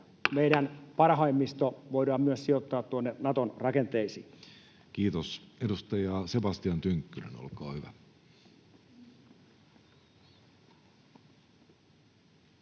meidän parhaimmisto voidaan myös sijoittaa tuonne Naton rakenteisiin? Kiitos. — Edustaja Sebastian Tynkkynen, olkaa hyvä.